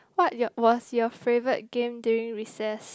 what you was your favorite game during recess